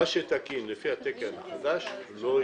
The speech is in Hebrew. מה שתקין ולפי התקן החדש לא יזרק.